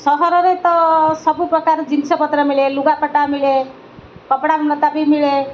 ସହରରେ ତ ସବୁ ପ୍ରକାର ଜିନିଷପତ୍ର ମିଳେ ଲୁଗାପାଟା ମିଳେ କପଡ଼ାଲତା ବି ମିଳେ